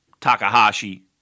Takahashi